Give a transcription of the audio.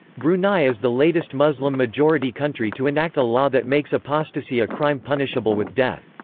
brunei is the latest muslim-majority country to enact a law that makes apostasy a crime punishable with death.